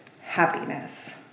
happiness